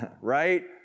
right